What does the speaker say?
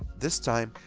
this time,